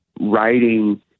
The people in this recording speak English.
writing